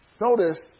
Notice